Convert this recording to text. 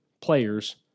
players